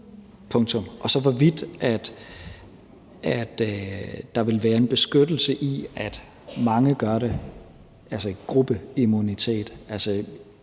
til hvorvidt der vil være en beskyttelse i, at mange gør det, altså gruppeimmunitet, vil